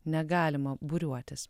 negalima būriuotis